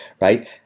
right